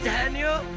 Daniel